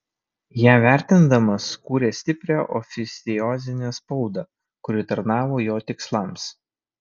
ją vertindamas kūrė stiprią oficiozinę spaudą kuri tarnavo jo tikslams